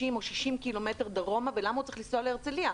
או 60 קילומטרים דרומה ולמה הוא צריך לנסוע להרצליה?